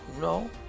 No